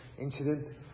incident